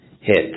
hit